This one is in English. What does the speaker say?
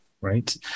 right